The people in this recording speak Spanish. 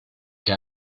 que